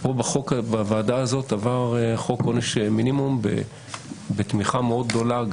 בוועדה הזאת עבר חוק עונש מינימום בתמיכה מאוד גדולה.